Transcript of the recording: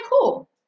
cool